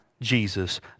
Jesus